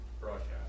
broadcast